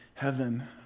heaven